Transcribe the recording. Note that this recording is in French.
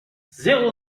zéro